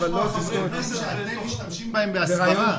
אבל לא תזכורת ------ משתמשים בהם בהשכרה.